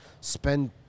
spend